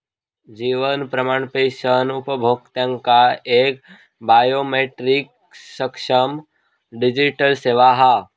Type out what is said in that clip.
जीवन प्रमाण पेंशन उपभोक्त्यांका एक बायोमेट्रीक सक्षम डिजीटल सेवा हा